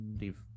leave